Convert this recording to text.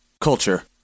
Culture